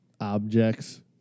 objects